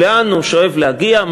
לאן הוא שואף להגיע,